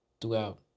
throughout